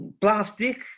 Plastic